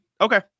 Okay